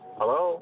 Hello